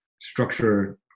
structure